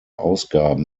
ausgaben